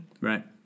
Right